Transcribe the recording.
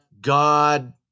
God